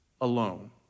alone